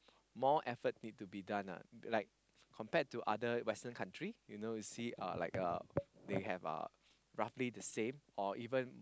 more effort need to be done ah like compared to other western country you know you see uh like uh they have uh roughly the same or even